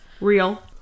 real